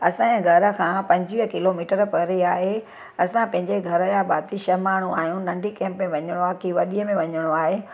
असांजे घर खां पंजवीह किलोमीटर परे आहे असां पंहिंजे घर जा भाती छह माण्हू आहियूं नंढी कैब में वञिणो आहे की वॾीअ में वञिणो आहे